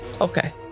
Okay